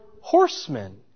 horsemen